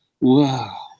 Wow